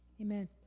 Amen